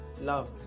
love